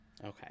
Okay